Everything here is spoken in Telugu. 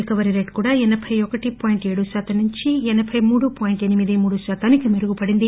రికవరీ రేటు కూడా ఎనబై ఒకటి పాయింట్లు ఏడు శాతం నుంచి ఎనబై మూడు పాయింట్ల ఎనిమిదిమూడుశాతానికి మెరుగుపడింది